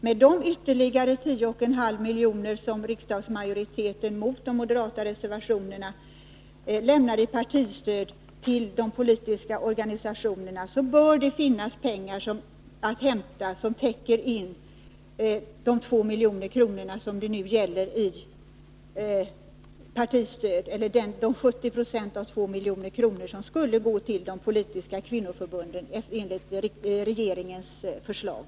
Med de ytterligare 10,5 miljoner som riksdagsmajoriteten mot de moderata reservationerna lämnar i partistöd till de politiska organisationerna bör det finnas pengar att hämta som täcker in de 70 90 av 2 miljoner som skulle gå till de politiska kvinnoförbunden enligt regeringens förslag.